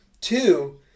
Two